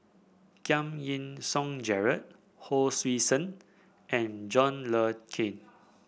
Giam Yean Song Gerald Hon Sui Sen and John Le Cain